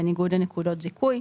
בניגוד לנקודות זיכוי.